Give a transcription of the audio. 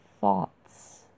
thoughts